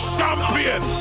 Champion